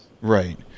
Right